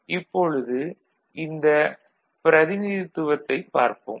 இப்பொழுது இந்த பிரதிநிதித்துவத்தைப் பார்ப்போம்